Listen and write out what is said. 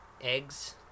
eggs